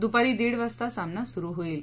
द्पारी दीड वाजता सामना सुरू होईल